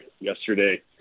yesterday